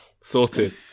Sorted